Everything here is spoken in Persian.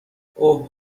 اوه